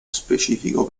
specifico